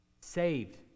Saved